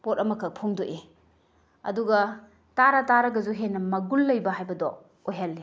ꯄꯣꯠ ꯑꯃꯈꯛ ꯐꯣꯡꯗꯣꯛꯏ ꯑꯗꯨꯒ ꯇꯥꯔ ꯇꯥꯔꯒꯁꯨ ꯍꯦꯟꯅ ꯃꯒꯨꯜ ꯂꯩꯕ ꯍꯥꯏꯕꯗꯣ ꯑꯣꯏꯍꯜꯂꯤ